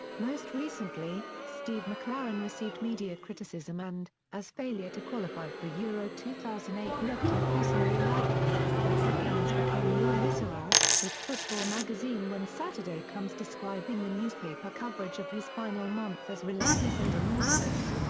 most recently, steve mcclaren received media criticism and, as failure to qualify for euro two thousand and eight looked increasingly likely, the headlines became more visceral, with football magazine when saturday comes describing the newspaper coverage of his final month as relentless and remorseless.